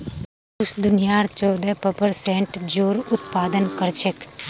रूस दुनियार चौदह प्परसेंट जौर उत्पादन कर छेक